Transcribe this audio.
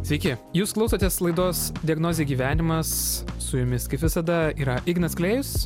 sveiki jūs klausotės laidos diagnozė gyvenimas su jumis kaip visada yra ignas klėjus